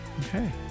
Okay